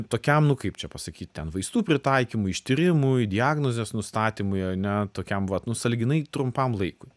tokiam nu kaip čia pasakyt ten vaistų pritaikymui ištyrimui diagnozės nustatymui ane tokiam vat nu sąlyginai trumpam laikui